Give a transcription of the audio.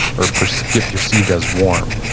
or perceived perceived as warm?